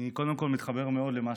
קודם כול, אני מתחבר מאוד למה